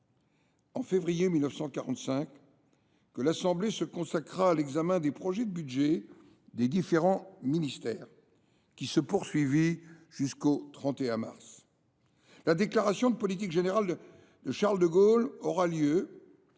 en février 1945 que l’assemblée consultative se consacra à l’examen des projets de budget des différents ministères, qui se poursuivit jusqu’au 31 mars. La déclaration de politique générale de Charles de Gaulle aura lieu